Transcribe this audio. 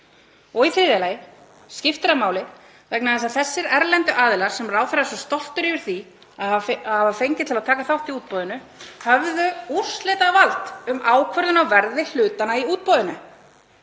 Í þriðja lagi skiptir það máli vegna þess að þessir erlendu aðilar, sem ráðherra er svo stoltur yfir að hafa fengið til að taka þátt í útboðinu, höfðu úrslitavald um ákvörðun á verði hlutanna í útboðinu,